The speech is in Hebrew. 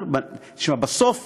שמע, בסוף